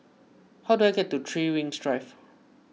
how do I get to three Rings Drive